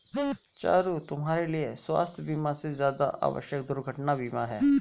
चारु, तुम्हारे लिए स्वास्थ बीमा से ज्यादा आवश्यक दुर्घटना बीमा है